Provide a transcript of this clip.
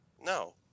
No